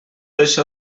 això